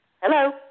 Hello